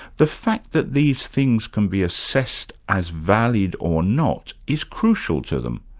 the fact that these things can be assessed as valid or not, is crucial to them.